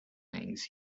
things